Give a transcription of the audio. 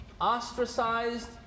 ostracized